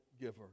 giver